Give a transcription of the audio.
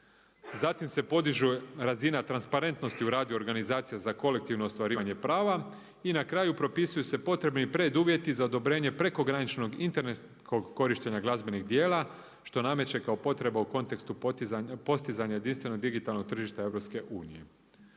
zatim se podiže razina transparentnosti u radu organizacija za kolektivno ostvarivanje prava i na kraju propisuju se potrebni preduvjeti za odobrenje prekograničnog internetskog korištenja glazbenih djela, što nameće kao potreba u kontekstu postizanja jedinstvenog digitalnog tržišta EU.